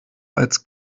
als